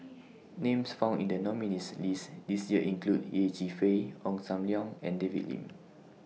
Names found in The nominees' list This Year include Yeh Chi Fei Ong SAM Leong and David Lim